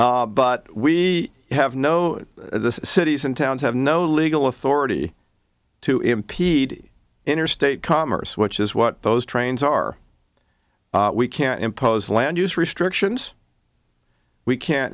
but we have no the cities and towns have no legal authority to impede interstate commerce which is what those trains are we can't impose land use restrictions we can't